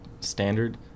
standard